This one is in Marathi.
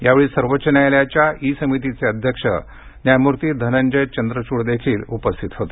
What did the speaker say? यावेळी सर्वोच्च न्यायालयाच्या ई समितीचे अध्यक्ष न्यायमूर्ती धनंजय चंद्रचूडही उपस्थित होते